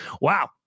wow